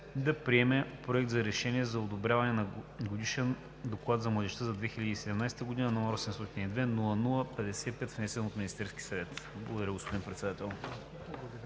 да приеме Проекта за решение за одобряване на Годишен доклад за младежта за 2017 г., № 802-00-55, внесен от Министерския съвет.“ Благодаря, господин Председател.